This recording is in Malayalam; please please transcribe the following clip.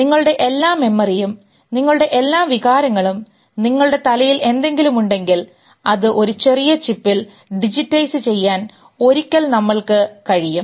നിങ്ങളുടെ എല്ലാ മെമ്മറിയും നിങ്ങളുടെ എല്ലാ വികാരങ്ങളും നിങ്ങളുടെ തലയിൽ എന്തെങ്കിലുമുണ്ടെങ്കിൽ അത് ഒരു ചെറിയ ചിപ്പിൽ ഡിജിറ്റൈസ് ചെയ്യാൻ ഒരിക്കൽ നമ്മൾക്ക് കഴിയും